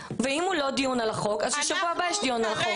ואם הוא לא דיון על החוק אז ששבוע הבא יהיה דיון על החוק.